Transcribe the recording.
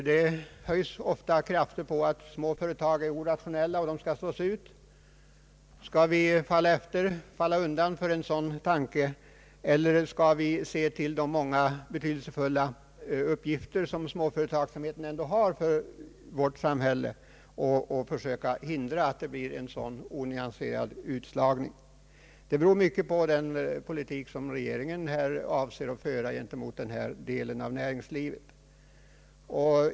Det hävdas ofta att små företag inte är rationella utan att de bör slås ut. Skall vi falla undan för sådana tankegångar, eller skall vi se till de många betydelsefulla uppgifter som småföretagsamheten ändå har i vårt samhälle och försöka hindra en sådan onyanserad utslagning? Avgörande här är den politik regeringen avser att föra gentemot denna del av näringslivet.